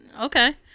okay